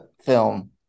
film